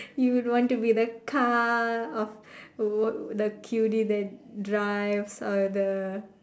you would want to be the car of what the cutie that drives out of the